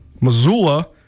Missoula